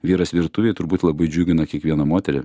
vyras virtuvėj turbūt labai džiugina kiekvieną moterį